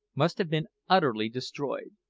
must have been utterly destroyed.